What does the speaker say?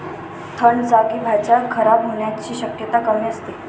थंड जागी भाज्या खराब होण्याची शक्यता कमी असते